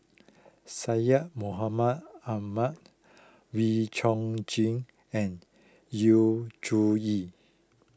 Syed Mohamed Ahmed Wee Chong Jin and Yu Zhuye